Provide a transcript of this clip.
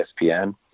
ESPN